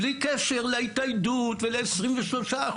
בלי קשר להתאיידות ול-23%.